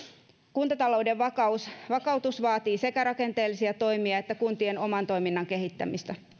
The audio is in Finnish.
kuntatalouden vakautus vaatii sekä rakenteellisia toimia että kuntien oman toiminnan kehittämistä